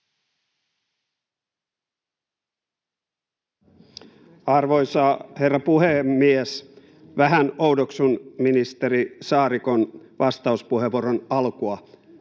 Arvoisa herra puhemies! Vähän oudoksun ministeri Saarikon vastauspuheenvuoron alkua.